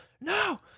no